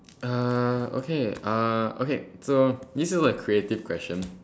uh okay uh okay this look like creative question